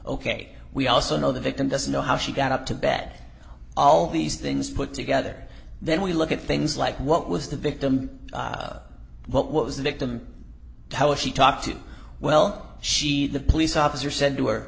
ok we also know the victim doesn't know how she got up to bed all these things put together then we look at things like what was the victim what was the victim how is she talked to well she the police officer said to her